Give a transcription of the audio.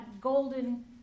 golden